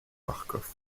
marcof